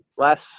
Last